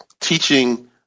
teaching